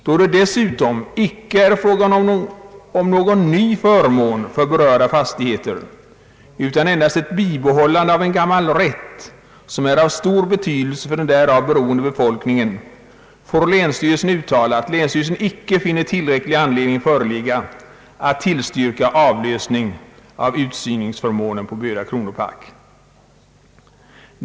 Då det dessutom icke är fråga om någon ny förmån för berörda fastigheter, utan endast ett bibehållande av en gammal ”rätt', som är av stor betydelse för den därav beroende befolkningen, får länsstyrelsen uttala, att länsstyrelsen icke finner tillräcklig anledning föreligga att tillstyrka avlösning av utsyningsförmånen på Böda kronopark.